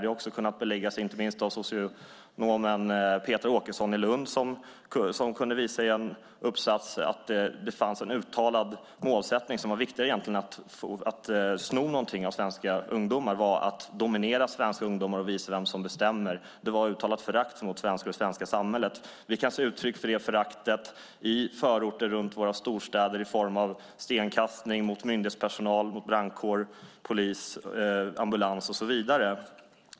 Det har kunnat beläggas av inte minst sociologen Petra Åkesson i Lund som i en uppsats kunnat visa att det fanns en uttalad målsättning som var viktigare än att sno någonting av svenska ungdomar, och det var att dominera svenska ungdomar och visa vem som bestämmer. Det var ett uttalat förakt mot svenskar och det svenska samhället. Vi kan se uttryck för det föraktet i förorter runt våra storstäder i form av stenkastning mot myndighetspersoner, mot brandkår, polis, ambulans och så vidare.